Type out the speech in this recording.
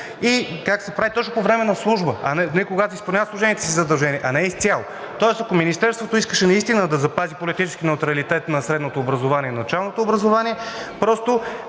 и как се прави точно по време на служба, когато изпълняват служебните си задължения, а не изцяло. Тоест, ако Министерството искаше наистина да запази политически неутралитет на средното образование и на началното образование,